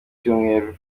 icyumweru